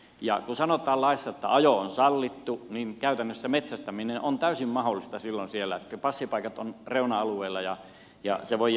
kun sanotaan laissa että ajo on sallittu niin käytännössä metsästäminen on täysin mahdollista silloin siellä kun passipaikat ovat reuna alueella ja se voidaan hoitaa